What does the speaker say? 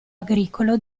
agricolo